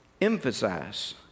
emphasize